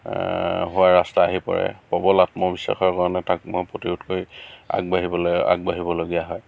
হোৱাৰ ৰাস্তা আহি পৰে প্ৰবল আত্মবিশ্বাসৰ কাৰণে তাক মই প্ৰতিৰোধ কৰি আগবাঢ়িবলে আগবাঢ়িবলগীয়া হয়